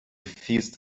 фіст